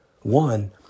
one